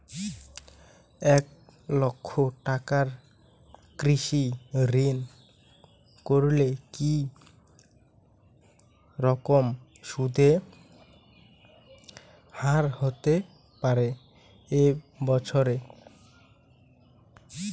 এক লক্ষ টাকার কৃষি ঋণ করলে কি রকম সুদের হারহতে পারে এক বৎসরে?